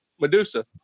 Medusa